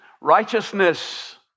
Righteousness